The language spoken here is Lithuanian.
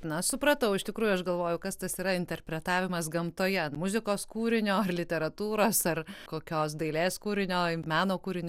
na supratau iš tikrųjų aš galvoju kas tas yra interpretavimas gamtoje muzikos kūrinio literatūros ar kokios dailės kūrinio meno kūrinio yra viena